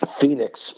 Phoenix